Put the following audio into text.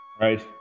right